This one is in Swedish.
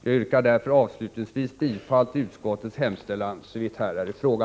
Jag yrkar därför avslutningsvis bifall till utskottets hemställan, såvitt här är i fråga.